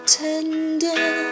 tender